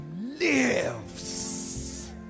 lives